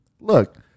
Look